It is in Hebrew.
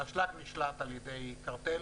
האשלג נשלט על ידי קרטל